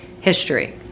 history